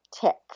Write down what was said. tick